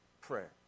prayer